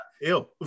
ew